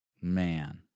Man